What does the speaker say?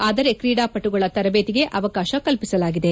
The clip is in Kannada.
ಆದರೆ ಕ್ರೀಡಾಪಟುಗಳ ತರಬೇತಿಗೆ ಅವಕಾಶ ಕಲ್ಪಿಸಲಾಗಿದೆ